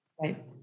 Right